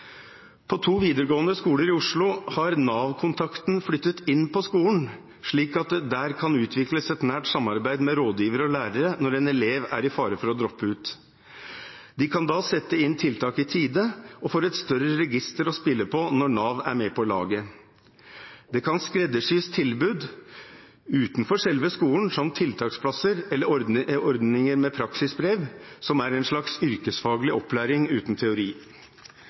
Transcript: På to videregående skoler i Oslo har Nav-kontakten flyttet inn på skolen, slik at det der kan utvikles et nært samarbeid med rådgivere og lærere når en elev er i fare for å droppe ut. De kan da sette inn tiltak i tide og får et større register å spille på når Nav er med på laget. Det kan skreddersys tilbud utenfor selve skolen, som tiltaksplasser eller ordningen med praksisbrev, som er en slags yrkesfaglig opplæring uten teori.